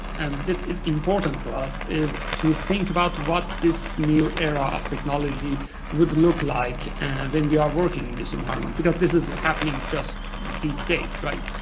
and this is. important for us is to think about what this new era of technology would look like and then we are working in this environment. because this is happening just these days, right?